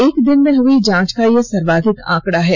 एक दिन में हई जांच का ये सर्वाधिक आंकडा है